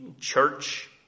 church